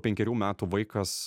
penkerių metų vaikas